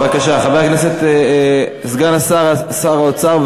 בבקשה, סגן שר האוצר.